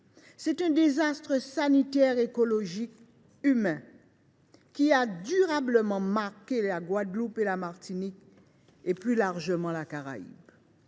c’est un désastre sanitaire, écologique et humain qui a durablement marqué la Guadeloupe, la Martinique et, plus largement, la Caraïbe.